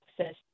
access